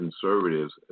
conservatives